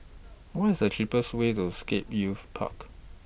What IS The cheapest Way to Scape Youth Park